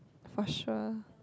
for sure